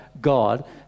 God